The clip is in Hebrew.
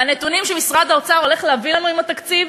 והנתונים שמשרד האוצר הולך להביא לנו עם התקציב,